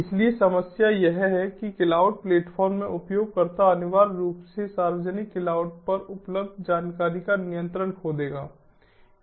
इसलिए समस्या यह है कि क्लाउड प्लेटफ़ॉर्म में उपयोगकर्ता अनिवार्य रूप से सार्वजनिक क्लाउड पर उपलब्ध जानकारी का नियंत्रण खो देगा